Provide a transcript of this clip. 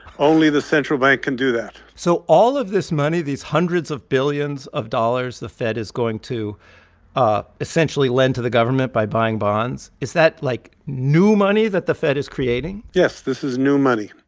only the central bank can do that so all of this money, these hundreds of billions of dollars the fed is going to ah essentially lend to the government by buying bonds is that, like, new money that the fed is creating? yes, this is new money.